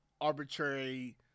arbitrary